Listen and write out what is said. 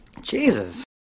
Jesus